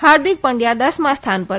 હાર્દિક પંડયા દશમાં સ્થાન પર છે